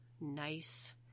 Nice